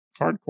hardcore